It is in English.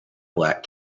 black